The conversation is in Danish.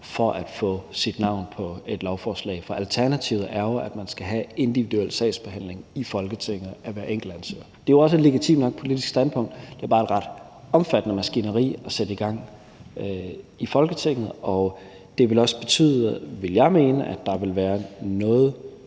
man kan få sit navn på et lovforslag. For alternativet er jo, at man i Folketinget skal have individuel sagsbehandling af hver enkelt ansøger. Det er jo også et legitimt nok politisk standpunkt; det er bare et ret omfattende maskineri at sætte i gang i Folketinget, og det ville også betyde, vil jeg mene, at der ville være noget